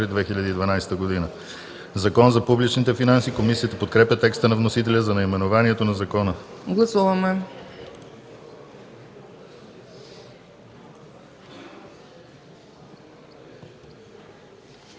„Закон за публичните финанси”. Комисията подкрепя текста на вносителя за наименованието на закона.